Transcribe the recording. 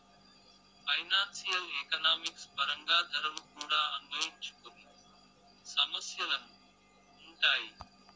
financial economics పరంగా ధరలు కూడా సమస్యలను అన్వయించుకొని ఉంటాయి